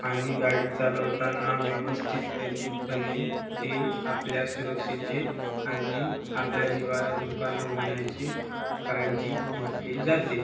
आणि गाडी चालवताना व्यवस्थितपेन पणे ते आपल्या सुरक्षेचे आणि आपल्या जिवाला धोका न होण्याची काळजी घेतली जाते